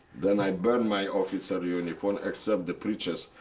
then i burned my officer uniform except the breeches,